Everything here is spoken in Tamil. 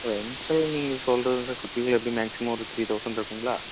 ரெண்ட்டு நீங்கள் சொல்லுறது தான் சிட்டிக்குள்ளே எப்படியும் மேக்ஸிமம் ஒரு த்ரீ தௌஸண்ட் இருக்குங்களா